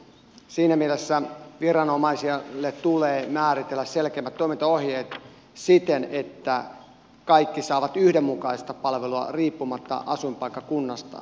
siinä mielessä viranomaisille tulee määritellä selkeämmät toimintaohjeet siten että kaikki saavat yhdenmukaista palvelua riippumatta asuinpaikkakunnastaan